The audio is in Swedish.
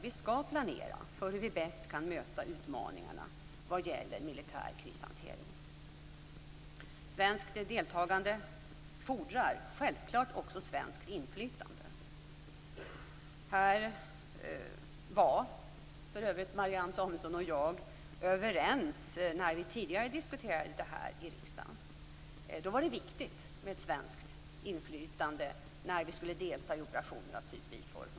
Vi skall planera för hur vi bäst kan möta utmaningarna vad gäller militär krishantering. Svenskt deltagande fordrar självklart också svenskt inflytande. Härom var för övrigt Marianne Samuelsson och jag överens när vi tidigare diskuterade detta i riksdagen. Då var det viktigt med ett svenskt inflytande när vi skulle delta i operationer av typen IFOR.